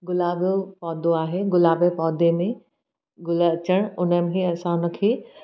गुलाब जो पौधो आहे गुलाब जे पौधे में गुल अचणु उन्हनि खे असां उन खे